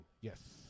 Yes